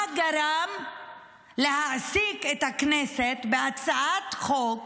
מה גרם להעסיק את הכנסת בהצעת חוק